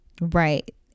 Right